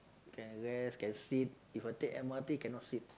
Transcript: can rest can sit If I take m_r_t cannot sit